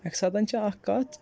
اَکہِ ساتَن چھِ اَکھ کَتھ